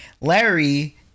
Larry